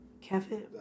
Kevin